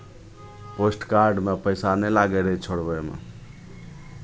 पोस्टकार्डमे पैसा नहि लागै रहै छोड़बैमे